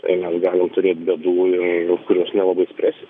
tai mes galim turėt bėdų ir kurios nelabai spręsis